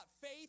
faith